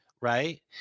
right